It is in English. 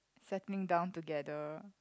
settling down together